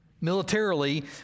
Militarily